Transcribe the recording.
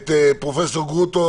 אני מבקש לשמוע את פרופ' גרוטו,